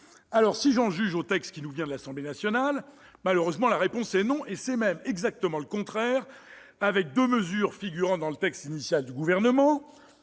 ! Si j'en juge le texte qui nous vient de l'Assemblée nationale, la réponse est malheureusement non. C'est même exactement le contraire, avec deux mesures figurant dans le texte initial du Gouvernement